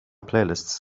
playlists